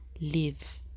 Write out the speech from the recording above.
live